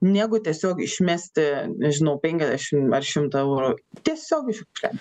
negu tiesiog išmesti nežinau penkiasdešimt ar šimtą eurų tiesiog į šiukšle